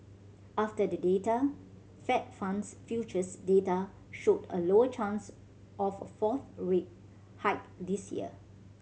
after the data Fed funds futures data showed a lower chance of a fourth rate hike this year